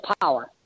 power